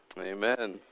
Amen